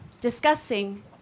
discussing